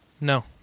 No